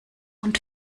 und